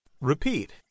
Repeat